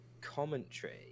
commentary